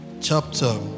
chapter